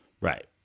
Right